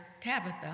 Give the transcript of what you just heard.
Tabitha